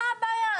מה הבעיה?